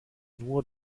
nur